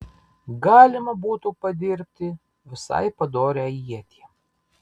galima būtų padirbti visai padorią ietį